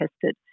tested